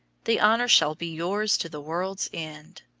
the honour shall be yours to the world's end.